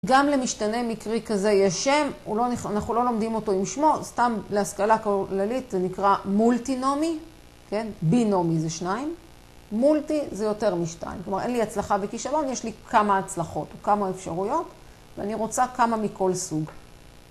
גם למשתנה מקרי כזה יש שם, הוא לא... אנחנו לא לומדים אותו עם שמו, סתם להשכלה כללית זה נקרא מולטינומי, כן? בינומי זה שניים, מולטי זה יותר משתיים. כלומר, אין לי הצלחה וכישלון, יש לי כמה הצלחות או כמה אפשרויות, ואני רוצה כמה מכל סוג.